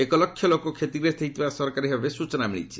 ଏକ ଲକ୍ଷ ଲୋକ କ୍ଷତିଗ୍ରସ୍ତ ହୋଇଥିବା ସରକାରୀ ଭାବେ ସୂଚନା ମିଳିଛି